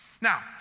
now